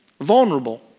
vulnerable